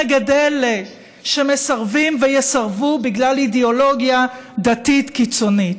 נגד אלה שמסרבים ויסרבו בגלל אידיאולוגיה דתית קיצונית.